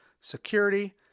security